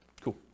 Cool